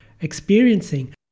experiencing